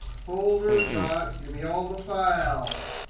folder dot give me all the files.